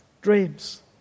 dreams